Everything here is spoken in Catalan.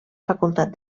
facultat